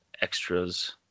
extras